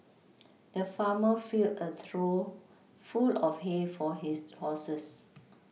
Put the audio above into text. the farmer filled a trough full of hay for his horses